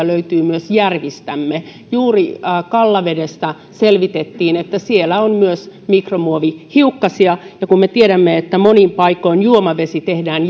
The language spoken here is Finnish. löytyy myös järvistämme juuri kallavedestä selvitettiin että siellä on myös mikromuovihiukkasia kun me tiedämme että monin paikoin juomavesi tehdään